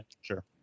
sure